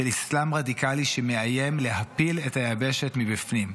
של אסלאם רדיקלי שמאיים להפיל את היבשת מבפנים.